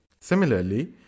Similarly